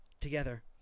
together